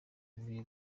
mvuye